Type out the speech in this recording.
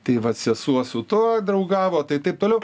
tai vat sesuo su tuo draugavo tai taip toliau